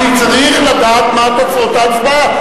אני צריך לדעת מה תוצאות ההצבעה.